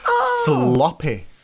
sloppy